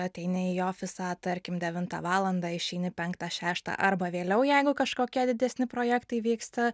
ateini į ofisą tarkim devintą valandą išeini penktą šeštą arba vėliau jeigu kažkokie didesni projektai vyksta